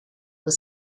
were